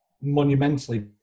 monumentally